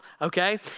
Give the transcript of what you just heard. okay